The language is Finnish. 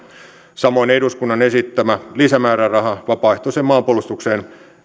samoin eduskunnan esittämä lisämääräraha vapaaehtoiseen maanpuolustukseen